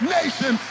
nation